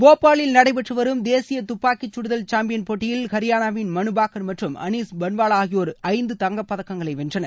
போபாலில் நடைபெற்று வரும் தேசிய துப்பாக்கிச்சுதல் சாம்பியன் போட்டியில் ஹரியானாவின் மனு பாக்கர் மற்றும் அளீஷ் பள்வாவா ஆகியோர் ஐந்து தங்கப்பதக்கங்களை வென்றனர்